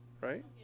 right